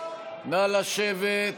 נא לשבת.